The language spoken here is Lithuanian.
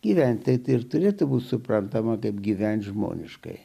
gyventi taip ir turėtų būti suprantama kaip gyventi žmoniškai